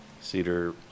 Cedar